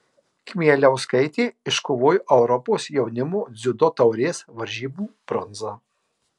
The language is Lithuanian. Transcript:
kmieliauskaitė iškovojo europos jaunimo dziudo taurės varžybų bronzą